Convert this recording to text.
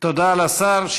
תודה לשר.